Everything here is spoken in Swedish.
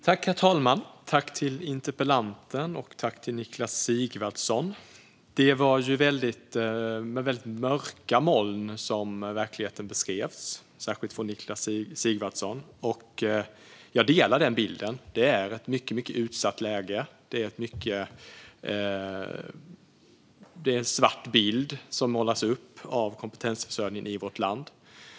Herr talman! Jag tackar interpellanten och Niklas Sigvardsson. Det var väldigt mörka moln i beskrivningen av verkligheten, särskilt från Niklas Sigvardsson, och jag delar den bilden. Det är ett mycket utsatt läge. Bilden som målas upp av kompetensförsörjningen i vårt land är svart.